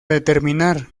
determinar